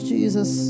Jesus